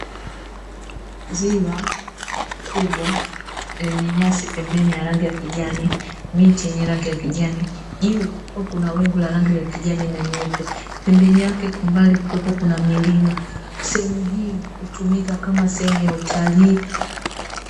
Ziwa kubwa lenye nyasi pembeni za rangi ya kijani, miti yenye rangi ya kijani, juu kukiwa na wingu la rangi ya kijani na nyeupe, pembeni yake kwa mbali kukiwa na milima. Sehemu hii hutumika kama sehemu ya utalii.